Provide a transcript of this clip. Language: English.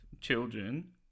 children